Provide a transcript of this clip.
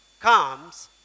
comes